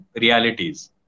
realities